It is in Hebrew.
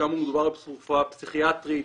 כאמור מדובר בתרופה פסיכיאטרית.